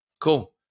Cool